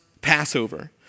Passover